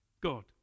God